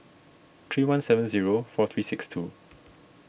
three one seven zero four three six two